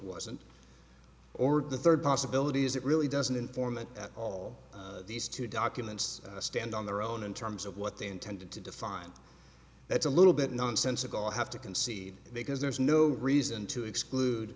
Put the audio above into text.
wasn't or the third possibility is it really doesn't inform and all these two documents stand on their own in terms of what they intended to define that's a little bit nonsensical i have to concede because there is no reason to exclude